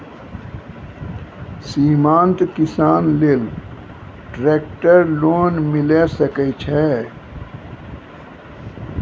सीमांत किसान लेल ट्रेक्टर लोन मिलै सकय छै?